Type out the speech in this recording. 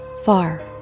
far